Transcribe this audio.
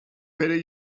pere